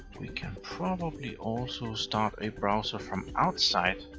we can probably also start a browser from outside.